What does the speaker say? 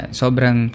sobrang